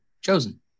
chosen